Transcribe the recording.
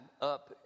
up